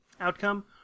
outcome